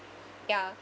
ya